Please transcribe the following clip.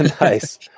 Nice